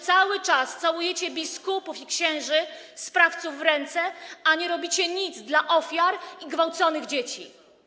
Cały czas całujecie biskupów, księży, sprawców w ręce, a nic nie robicie dla ofiar i gwałconych dzieci.